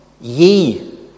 ye